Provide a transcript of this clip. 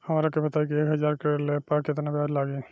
हमरा के बताई कि एक हज़ार के ऋण ले ला पे केतना ब्याज लागी?